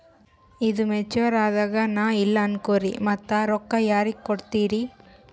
ಈದು ಮೆಚುರ್ ಅದಾಗ ನಾ ಇಲ್ಲ ಅನಕೊರಿ ಮತ್ತ ರೊಕ್ಕ ಯಾರಿಗ ಕೊಡತಿರಿ?